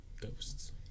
ghosts